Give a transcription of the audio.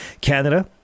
Canada